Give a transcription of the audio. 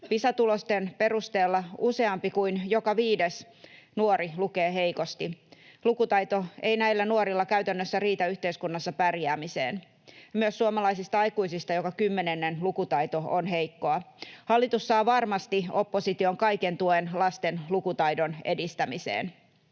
Pisa-tulosten perusteella useampi kuin joka viides nuori lukee heikosti. Lukutaito ei näillä nuorilla käytännössä riitä yhteiskunnassa pärjäämiseen. Myös suomalaisista aikuisista joka kymmenennen lukutaito on heikkoa. Hallitus saa varmasti opposition kaiken tuen lasten lukutaidon edistämiseen.